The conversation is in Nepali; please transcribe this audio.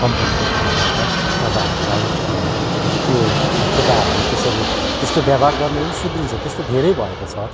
कम्पनीको तर्फबाट तपाईँहरूलाई त्यो केटाहरू त्यसरी त्यस्तो व्यवहार गर्ने पनि सुध्रिन्छ त्यस्तो धेरै भएको छ